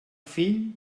fill